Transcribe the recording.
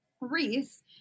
Reese